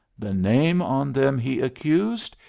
the name on them, he accused,